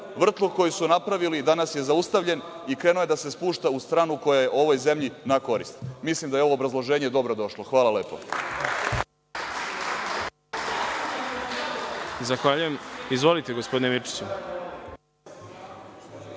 Vrtlog koji su napravili danas je zaustavljen i krenuo je da se spušta u stranu koja je ovoj zemlji na korist. Mislim da je ovo obrazloženje dobro došlo. Hvala lepo. **Đorđe Milićević** Zahvaljujem. Izvolite, gospodine Mirčiću.